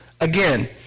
Again